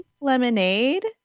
lemonade